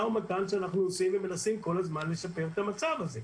ומתן שאנחנו עושים ומנסים כל הזמן לשפר את המצב הזה.